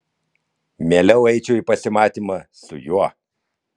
mieliau eičiau į pasimatymą su juo